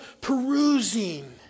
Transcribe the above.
perusing